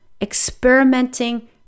experimenting